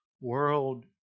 world